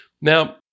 Now